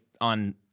on